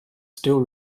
still